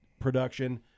production